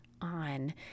on